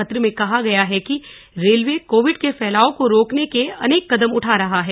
पत्र में कहा गया है कि रेलवे कोविड के फैलाव को रोकने के अनेक कदम उठा रहा है